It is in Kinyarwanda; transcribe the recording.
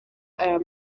aya